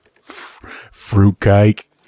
Fruitcake